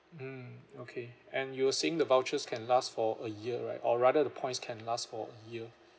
mm okay and you were saying the vouchers can last for a year right or rather the points can last for a year